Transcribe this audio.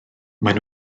maen